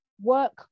work